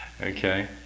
Okay